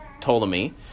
Ptolemy